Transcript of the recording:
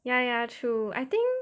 ya ya true I think